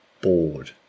bored